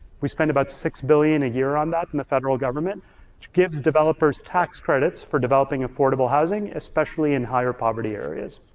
we spend about six billion dollars a year on that in the federal government, which gives developers tax credits for developing affordable housing, especially in higher poverty areas.